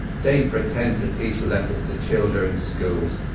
they pritind to tache letters to childer in schools,